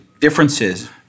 differences